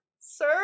sir